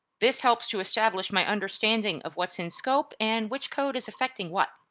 this helps to establish my understanding of what's in scope and which code is affecting what.